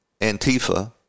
Antifa